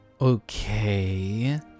Okay